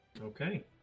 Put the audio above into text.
Okay